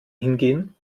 hingehen